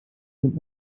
sind